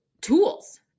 tools